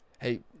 Hey